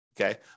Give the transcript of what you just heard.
Okay